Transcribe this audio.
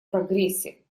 прогрессе